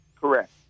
Correct